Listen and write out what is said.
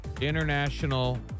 International